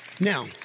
Now